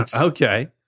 Okay